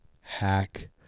hack